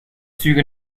züge